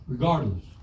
Regardless